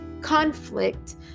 conflict